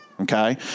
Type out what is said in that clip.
Okay